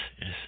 yes